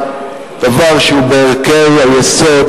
דבר שהוא בערכי היסוד,